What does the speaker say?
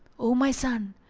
o my son,